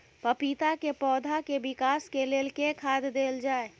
पपीता केँ पौधा केँ विकास केँ लेल केँ खाद देल जाए?